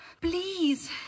Please